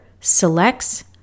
selects